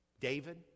David